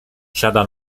siada